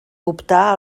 optar